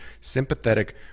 sympathetic